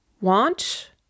want